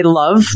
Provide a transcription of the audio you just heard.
love